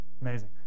Amazing